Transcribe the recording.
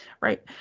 right